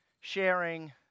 sharing